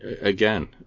again